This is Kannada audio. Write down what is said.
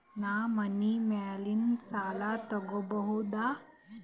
ನಾ ಮನಿ ಮ್ಯಾಲಿನ ಸಾಲ ತಗೋಬಹುದಾ?